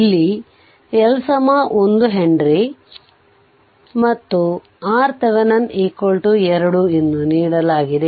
ಇಲ್ಲಿ L 1 Henry ಮತ್ತು R the venin2 ಎಂದು ನೀಡಲಾಗಿದೆ